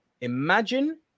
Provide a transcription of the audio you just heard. Imagine